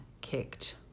kicked